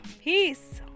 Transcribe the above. Peace